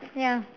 ya